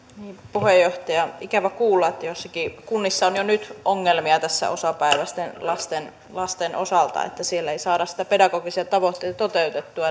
puheenjohtaja ikävä kuulla että joissakin kunnissa on jo nyt ongelmia näiden osapäiväisten lasten lasten osalta että siellä ei saada niitä pedagogisia tavoitteita toteutettua